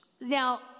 Now